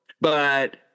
but-